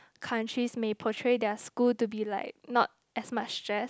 countries may portray their school to be like not as much stress